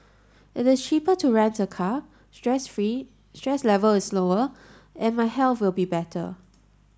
it is cheaper to rent a car stress free stress level is lower and my health will be better